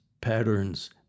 patterns